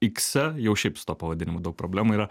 ikse jau šiaip su tuo pavadinimu daug problemų yra